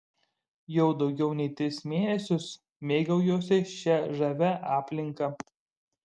jau daugiau nei tris mėnesius mėgaujuosi šia žavia aplinka